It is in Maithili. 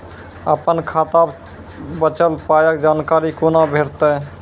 अपन खाताक बचल पायक जानकारी कूना भेटतै?